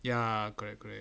ya correct correct